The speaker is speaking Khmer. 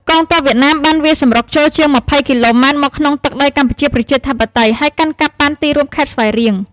កងទ័ពវៀតណាមបានវាយសម្រុកចូលជាង ២០ គីឡូម៉ែត្រមកក្នុងទឹកដីកម្ពុជាប្រជាធិបតេយ្យ ហើយកាន់កាប់បានទីរួមខេត្តស្វាយរៀង។